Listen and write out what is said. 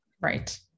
Right